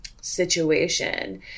situation